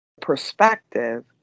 perspective